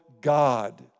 God